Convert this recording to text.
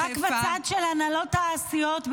רק בצד של הנהלות הסיעות,